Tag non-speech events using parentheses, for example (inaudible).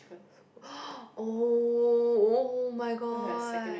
(breath) oh oh my god